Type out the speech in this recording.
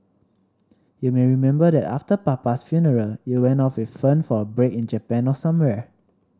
you may remember that after papa's funeral you went off with Fern for a break in Japan or somewhere